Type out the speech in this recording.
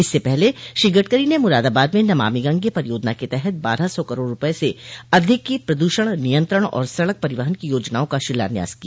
इससे पहले श्री गडकरी ने मुरादाबाद में नमामि गंगे परियोजना के तहत बारह सौ करोड़ रूपये से अधिक की प्रदूषण नियंत्रण और सड़क परिवहन की योजनाओं का शिलान्यास किया